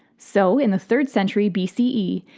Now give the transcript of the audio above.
so in the third century b c e,